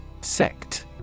Sect